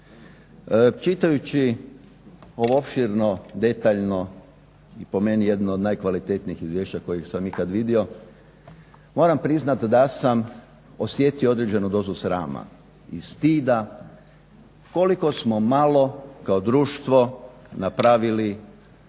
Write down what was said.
Čitajući ovo opširno, detaljno i po meni jedno od najkvalitetnijih izvješća kojeg sam ikad vidio moram priznati da sam osjetio određenu dozu srama i stida koliko smo malo kao društvo napravili za